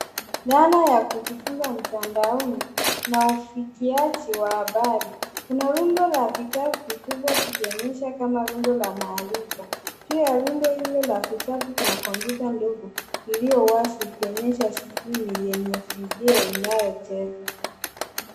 Dhana ya kujifunza mtandaoni na ufikiaji wa habari. Kuna rundo la vitabu vikubwa vikionyesha kama rundo la maarifa. Pia rundo hilo ka vitabu kuna kompyuta ndogo iliyo wazi ikionyesha skrini yenye video inayocheza.